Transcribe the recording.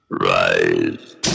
Rise